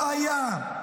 לא, לא היה, לא היה.